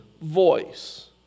voice